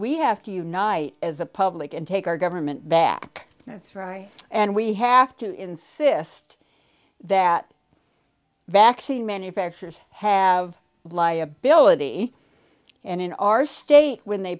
we have to unite as a public and take our government back that's right and we have to insist that vaccine manufacturers have liability and in our state when they